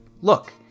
Look